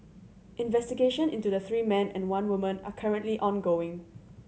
investigation into the three men and one woman are currently ongoing